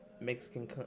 Mexican